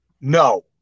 No